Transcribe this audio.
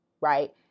Right